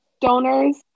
donors